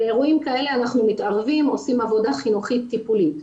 באירועים כאלה אנחנו מתערבים ועושים עבודה חינוכית טיפולית.